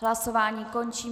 Hlasování končím.